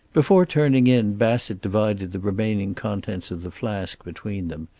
before turning in bassett divided the remaining contents of the flask between them,